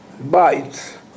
bites